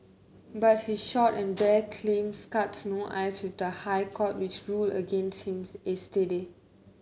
but his short and bare claims cut no ice with the High Court which ruled against him yesterday